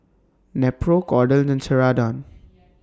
Nepro Kordel's and Ceradan